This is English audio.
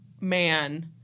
man